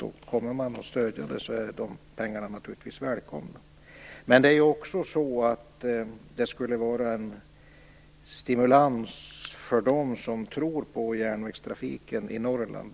Kommer man att stödja det är de pengarna naturligtvis välkomna. Men det skulle också vara en stimulans för dem som tror på järnvägstrafiken i Norrland.